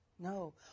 No